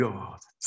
God